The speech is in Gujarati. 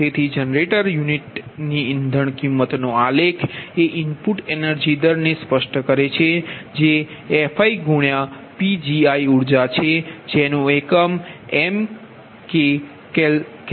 તેથી જનરેટિંગ યુનિટની ઇંધણ કિંમતનો આલેખ એ ઇનપુટ એનર્જી દરને સ્પષ્ટ કરે છે જે FiPgi ઉર્જા છે જેનો એકમ MKcal hr છે